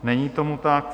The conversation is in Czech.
Není tomu tak.